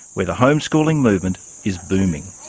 where the homeschooling movement is booming.